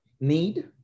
need